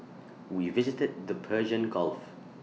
we visited the Persian gulf